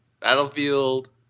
Battlefield